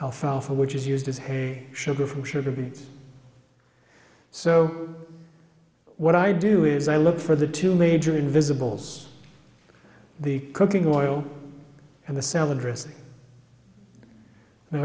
alfalfa which is used as hand sugar from sugar beet so what i do is i look for the two major invisibles the cooking oil and the salad dressing and